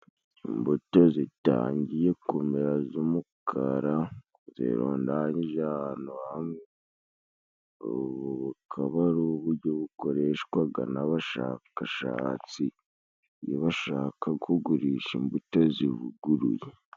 Imbuto zitangiye kumera z'umukara zirundanyije ahantu hamwe, ubu akaba ari uburyo bukoreshwaga n'abashakashatsi bashaka kugurisha imbuto zivuguruye.